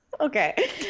okay